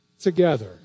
together